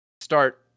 start